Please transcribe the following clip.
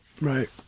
Right